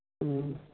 ꯎꯝ